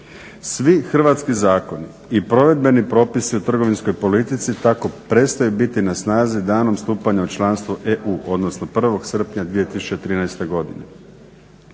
Svi hrvatski zakoni i provedbeni propisi o trgovinskoj politici tako prestaju biti na snazi danom stupanja u članstvo EU odnosno 1.srpnja 2013.godine.